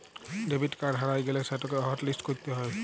debit card হারাঁয় গ্যালে সেটকে হটলিস্ট ক্যইরতে হ্যয়